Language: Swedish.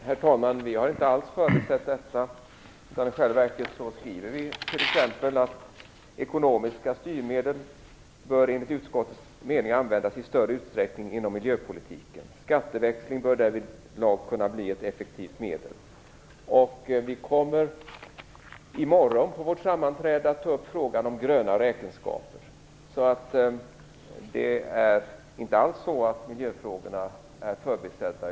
Herr talman! Vi har inte alls förbisett detta. Vi skriver i själva verket t.ex. att enligt utskottets mening bör ekonomiska styrmedel användas i större utsträckning inom miljöpolitiken. Skatteväxling bör därvidlag kunna bli ett effektivt medel. I morgon på vårt sammanträde kommer vi att ta upp frågan om gröna räkenskaper. Det är inte alls så att miljöfrågorna är förbisedda.